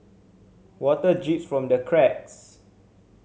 water drips from the cracks